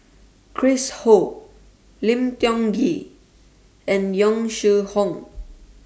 Chris Ho Lim Tiong Ghee and Yong Shu Hoong